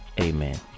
amen